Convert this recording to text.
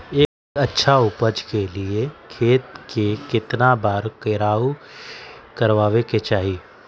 एक अच्छा उपज के लिए खेत के केतना बार कओराई करबआबे के चाहि?